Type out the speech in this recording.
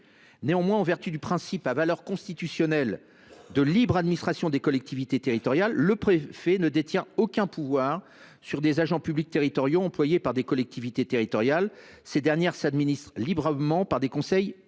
Or, en vertu du principe à valeur constitutionnelle de libre administration des collectivités territoriales, le représentant de l’État ne détient aucun pouvoir sur des agents publics employés par des collectivités territoriales. Ces dernières s’administrent librement, par des conseils élus.